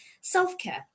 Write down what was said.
self-care